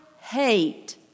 hate